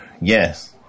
Yes